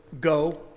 Go